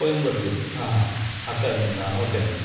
కోయంబత్తూర్ ఆహా అట్లా వెళ్తుందా ఓకేనండి